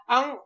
Ang